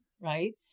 right